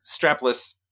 strapless